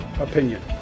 opinion